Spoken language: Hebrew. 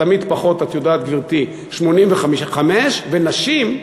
תמיד פחות, את יודעת, גברתי, 85, ונשים,